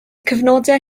cyfnodau